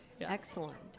Excellent